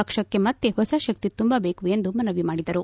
ಪಕ್ಷಕ್ಕೆ ಮತ್ತೆ ಹೊಸ ಶಕ್ತಿ ತುಂಬಬೇಕು ಎಂದು ಮನವಿ ಮಾಡಿದರು